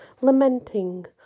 lamenting